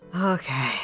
Okay